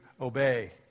obey